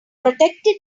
protected